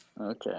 Okay